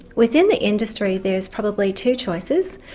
within the industry there is probably two choices,